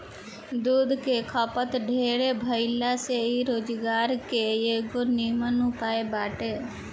दूध के खपत ढेरे भाइला से इ रोजगार के एगो निमन उपाय बाटे